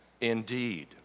Indeed